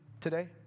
today